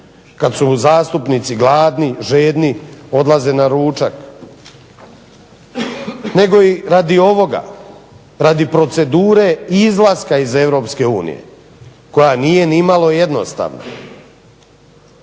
kad su zastupnici gladni, žedni, odlaze na ručak. Nego i radi ovoga, radi procedure izlaska iz Europske unije koja nije nimalo jednostavna.